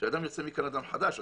שאדם יוצא אדם חדש וטהור,